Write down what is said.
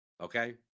okay